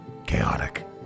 chaotic